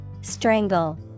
Strangle